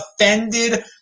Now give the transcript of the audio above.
Offended